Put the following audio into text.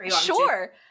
Sure